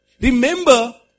Remember